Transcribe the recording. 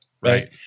right